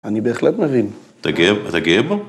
‫אני בהחלט מבין. ‫-אתה גאה בו?